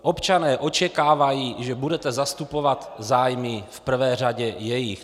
Občané očekávají, že budete zastupovat zájmy v prvé řadě jejich.